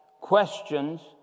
questions